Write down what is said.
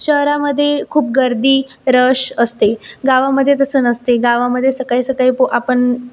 शहरामध्ये खूप गर्दी रश असते गावामध्ये तसं नसते गावामध्ये सकाळी सकाळी पो आपण